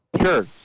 Sure